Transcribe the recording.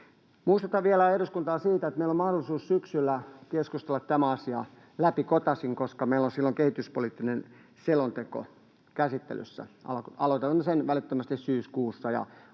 Muistutan vielä eduskuntaa siitä, että meillä on mahdollisuus syksyllä keskustella tämä asia läpikotaisin, koska meillä on silloin kehityspoliittinen selonteko käsittelyssä. Aloitamme sen välittömästi syyskuussa,